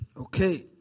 Okay